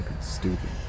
stupid